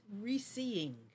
re-seeing